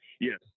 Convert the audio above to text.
yes